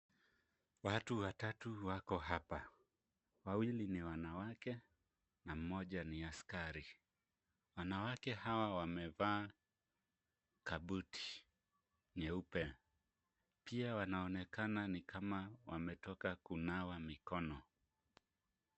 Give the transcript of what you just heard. Watu watatu wako hapa, wawili ni wanawake na mmoja ni askari. Wanawake hawa wamevaa kabuti nyeupe, pia wanaonekana ni kama wametoka kunawa mikono.